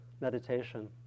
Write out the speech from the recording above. meditation